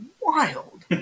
wild